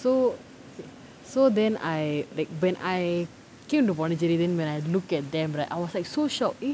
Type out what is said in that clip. so so then I like when I came to Pondicherry then when I look at them right I was like so shocked eh